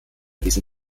diesen